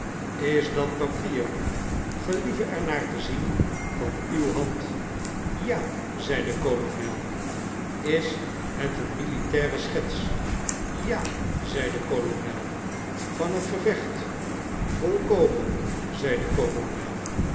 is dat papier gelieve er naar te zien van uw hand ja zei de kolonel is het een militaire schets ja zei de kolonel van een gevecht avolkomen zei de kolonel